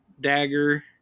dagger